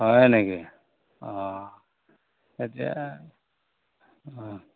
হয় নেকি এতিয়া